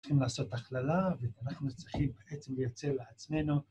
צריכים לעשות הכללה ואנחנו צריכים בעצם לייצר לעצמנו.